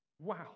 Wow